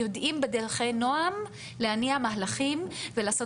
יודעים בדרכי נועם להניע מהלכים ולעשות